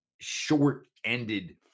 short-ended